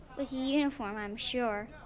with a uniform i'm sure.